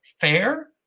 fair